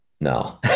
No